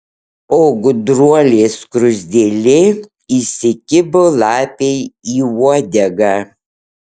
o gudruolė skruzdėlė įsikibo lapei į uodegą